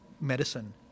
medicine